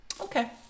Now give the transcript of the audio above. Okay